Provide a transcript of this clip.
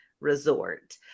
resort